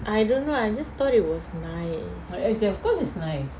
I don't know I just thought it was nice